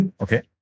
Okay